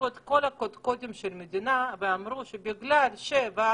כל הקודקודים של המדינה אמרו שבגלל שוועדת